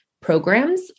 programs